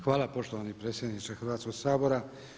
Hvala poštovani predsjedniče Hrvatskog sabora.